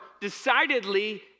decidedly